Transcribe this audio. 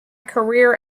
career